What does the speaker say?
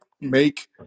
make